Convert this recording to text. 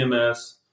EMS